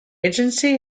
agency